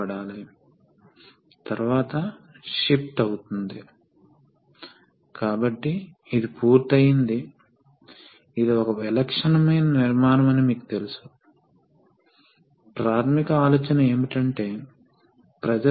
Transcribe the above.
మరియు లోడ్ ఆగిపోతుంది మరియు ద్రవం ఇలా ప్రవహిస్తుంది మోటారు ఓవర్లోడింగ్ నుండి రక్షించబడుతుంది కాబట్టి సర్క్యూట్ పనిచేసే మార్గం ఇది